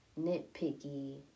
nitpicky